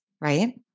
Right